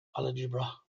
algebra